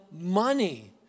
money